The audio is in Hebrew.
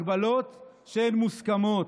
הגבלות שהן מוסכמות.